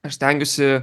aš stengiuosi